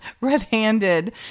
red-handed